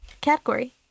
category